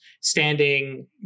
standing